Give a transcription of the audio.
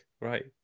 Right